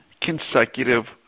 consecutive